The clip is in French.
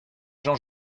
jean